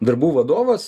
darbų vadovas